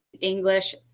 English